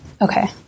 Okay